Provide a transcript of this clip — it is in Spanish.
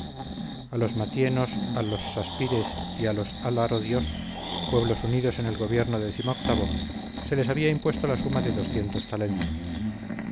a los matienos a los saspires y a los alarodios pueblos unidos en el gobierno decimoctavo se les había impuesto la suma de talentos